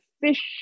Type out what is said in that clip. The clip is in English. fish